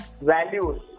values